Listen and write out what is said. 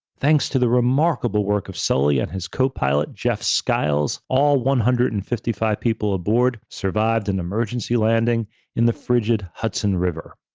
thanks to the remarkable work from sully and his copilot, jeff skiles, all one hundred and fifty five people aboard survived an emergency landing in the frigid hudson river.